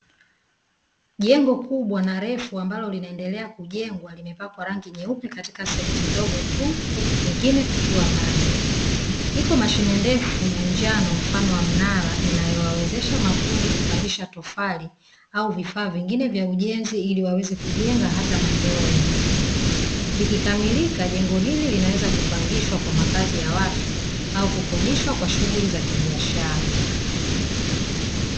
Jengo kubwa na refu ambalo linaendelea kujengwa, limepakwa rangi nyeupe katika sehemu ndogo tu huku kwingine kukiwa bado. Iko mashine ndefu ya njano mfano wa mnara inayowawezesha mafundi kupandisha tofali au vifaa vingine vya ujenzi, ili waweze kujenga hata maeneo ya juu. Likikamilika jengo hili linaweza kupangishwa kwa makazi ya watu au kukodishwa kwa shughuli za kibiashara.